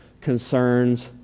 concerns